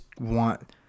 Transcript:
want